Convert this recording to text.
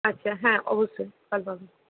আচ্ছা হ্যাঁ অবশ্যই কালকে